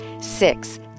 Six